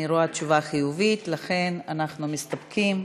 אני רואה תשובה חיובית, לכן אנחנו מסתפקים,